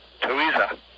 Teresa